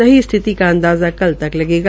सही स्थिति का अंदाजा कल तक लगेगा